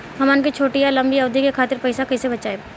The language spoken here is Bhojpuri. हमन के छोटी या लंबी अवधि के खातिर पैसा कैसे बचाइब?